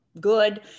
good